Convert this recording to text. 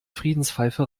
friedenspfeife